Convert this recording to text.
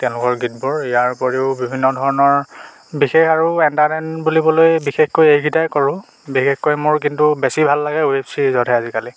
তেওঁলোকৰ গীতবোৰ ইয়াৰ উপৰিও বিভিন্ন ধৰণৰ বিশেষ আৰু এণ্টাৰটেইন বুলিবলৈ বিশেষকৈ এইকেইটাই কৰোঁ বিশেষকৈ মোৰ কিন্তু বেছি ভাল লাগে ৱেব ছিৰিজতহে আজিকালি